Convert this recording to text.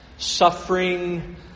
suffering